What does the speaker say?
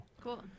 Cool